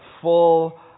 full